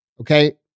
okay